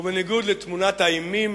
ובניגוד לתמונת האימים